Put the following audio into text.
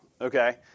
Okay